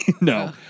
No